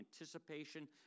anticipation